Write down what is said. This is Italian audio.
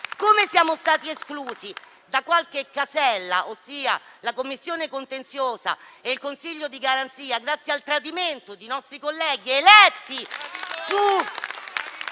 come siamo stati esclusi da qualche casella (la Commissione contenziosa e il Consiglio di garanzia), grazie al tradimento di nostri colleghi,